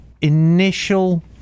initial